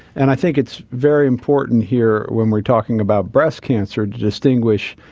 and i think it's very important here when we are talking about breast cancer to distinguish